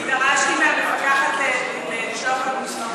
אני דרשתי מהמפקחת לשלוח לנו מספרים.